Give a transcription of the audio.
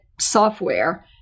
software